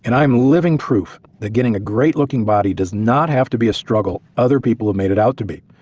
and i'm living proof that getting a great looking body does not have to be a struggle other people have made it out to be.